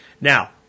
Now